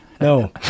No